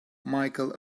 michael